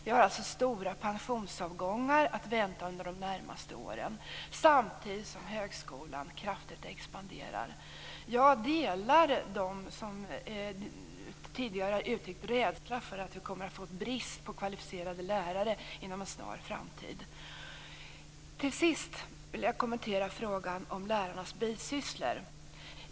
Vi har alltså stora pensionsavgångar att vänta under de närmaste åren samtidigt som högskolan kraftigt expanderar. Jag instämmer med dem som tidigare har uttryckt rädsla för att vi kommer att få brist på kvalificerade lärare inom en snar framtid. Till sist vill jag kommentera frågan om lärarnas bisysslor.